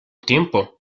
tiempo